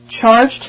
Charged